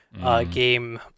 game